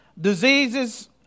Diseases